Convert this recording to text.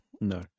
No